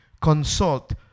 consult